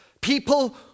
People